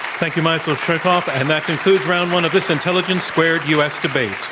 thank you, michael chertoff. and that concludes round one of this intelligence squared u. s. debate.